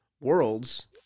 worlds